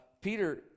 Peter